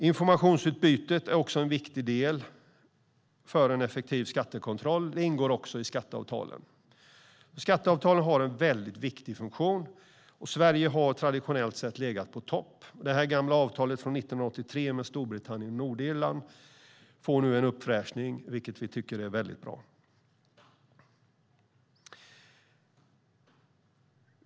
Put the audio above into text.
Informationsutbytet är en viktig del för en effektiv skattekontroll och ingår också i skatteavtalen. Skatteavtalen har alltså en mycket viktig funktion, och Sverige har traditionellt legat i topp. Det gamla avtalet från 1983 med Storbritannien och Nordirland får nu en uppfräschning, vilket vi tycker är väldigt bra.